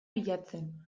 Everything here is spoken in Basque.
bilatzen